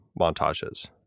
montages